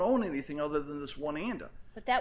own anything other than this one and that that